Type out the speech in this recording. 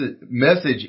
message